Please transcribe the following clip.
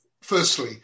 Firstly